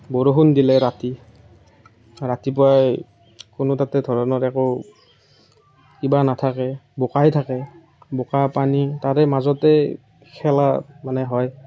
বৰষুণ দিলে ৰাতি ৰাতিপুৱাই কোনো তাতে ধৰণৰ একো কিবা নাথাকে বোকাই থাকে বোকা পানী তাৰে মাজতে খেলা মানে হয়